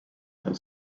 have